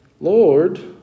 Lord